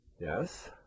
Yes